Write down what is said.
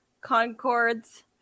Concords